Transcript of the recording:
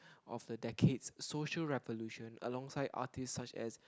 of the decades social revolution alongside artists such as